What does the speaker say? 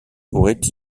pourrait